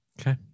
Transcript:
Okay